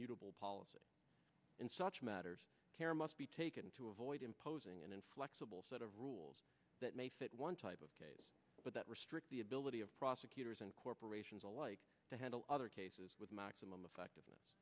mutable policy in such matters care must be taken to avoid imposing an inflexible set of rules that may fit one type of case but that restrict the ability of prosecutors and corporations alike to handle other cases maximum effectiveness